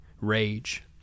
rage